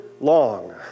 long